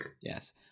Yes